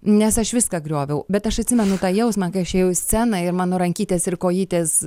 nes aš viską grioviau bet aš atsimenu tą jausmą kai aš ėjau į sceną ir mano rankytės ir kojytės